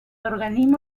organismo